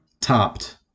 topped